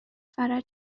فرجه